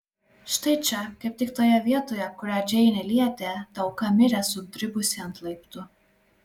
štai čia kaip tik toje vietoje kurią džeinė lietė ta auka mirė sudribusi ant laiptų